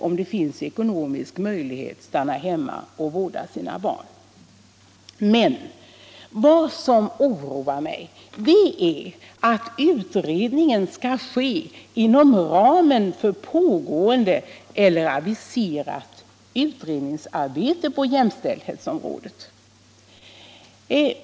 om det finns en ekonomisk möjlighet, stanna hemma och vårda sina barn. Men vad som oroar mig är att utredningen skall ske inom ramen för pågående eller aviserat utredningsarbete på jämställdhetsområdet.